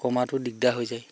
কমাটো দিগদাৰ হৈ যায়